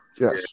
Yes